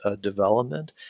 development